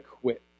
quit